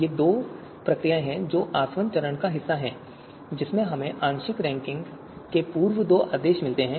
ये दो प्रक्रियाएं हैं जो आसवन चरण का हिस्सा हैं जिसमें हमें आंशिक रैंकिंग के दो पूर्व आदेश मिलते हैं